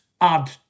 add